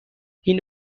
این